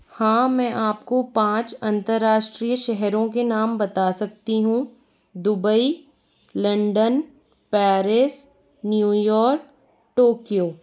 हाँ मैं आपको पाँच अंतरराष्ट्रीय शहरों के नाम बता सकती हूँ Dubai London Paris New York Tokyo